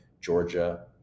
Georgia